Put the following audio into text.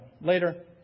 later